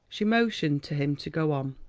she motioned to him to go on.